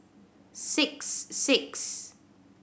six six